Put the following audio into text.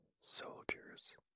soldiers